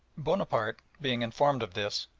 bonaparte being informed of this,